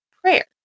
prayer